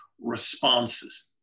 responses